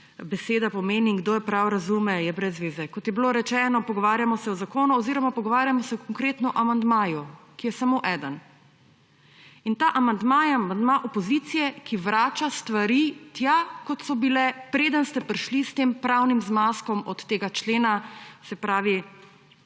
beseda pomeni in kdo jo prav razume, je brez zveze. Kot je bilo rečeno, pogovarjamo se o zakonu oziroma pogovarjamo se konkretno o amandmaju, ki je samo eden. In ta amandma je amandma opozicije, ki vrača stvari tja, kot so bile, preden ste prišli s tem pravnim zmazkom od tega člena, se pravi